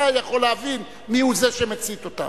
אתה יכול להבין מיהו זה שמצית אותן.